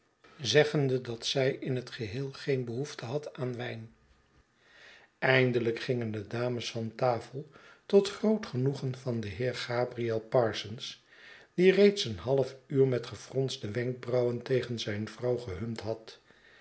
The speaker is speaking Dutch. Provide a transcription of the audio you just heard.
zeggende dat zij in het geheel geen behoefte had aan wijn eindelijk gingen de dames van tafel tot groot genoegen van den heer gabriel parsons die reeds een half uur met gefronste wenkbrauwen tegen zijn vrouw gehumd had